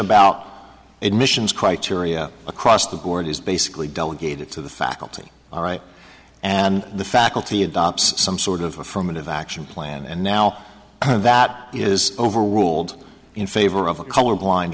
about admissions criteria across the board is basically delegated to the faculty all right and the faculty had some sort of affirmative action plan and now that it is over ruled in favor of a colorblind